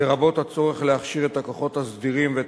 לרבות הצורך להכשיר את הכוחות הסדירים ואת